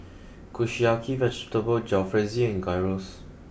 Kushiyaki Vegetable Jalfrezi and Gyros